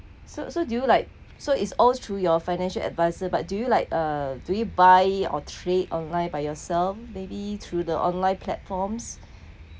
so so do you like so is all through your financial adviser but do you like uh do you buy or trade online by yourself maybe through the online platforms